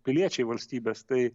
piliečiai valstybės tai